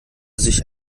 sich